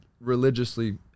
Religiously